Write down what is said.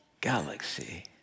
galaxy